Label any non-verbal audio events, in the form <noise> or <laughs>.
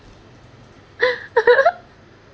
<laughs>